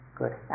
good